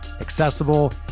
accessible